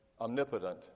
omnipotent